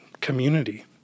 community